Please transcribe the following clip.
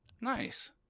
nice